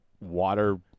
water